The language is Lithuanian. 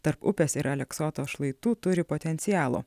tarp upės ir aleksoto šlaitų turi potencialo